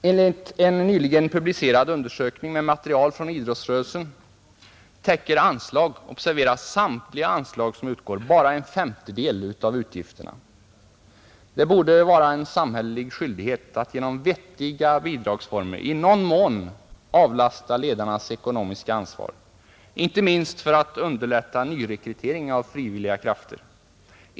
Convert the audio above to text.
Enligt en nyligen publicerad undersökning med material från idrottsrörelsen täcker anslag — observera alla anslag — bara en femtedel av utgifterna. Det borde vara en samhällelig skyldighet att genom vettiga bidragsformer i någon mån avlasta ledarnas ekonomiska ansvar, inte minst för att underlätta nyrekrytering av frivilliga krafter.